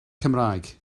cymraeg